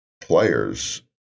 players